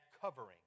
covering